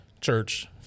church